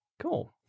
Cool